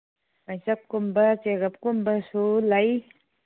ꯃꯩꯆꯞꯀꯨꯝꯕ ꯆꯦꯒꯞꯀꯨꯝꯕꯁꯨ ꯂꯩ